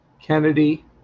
Kennedy